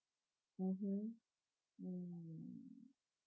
mmhmm mm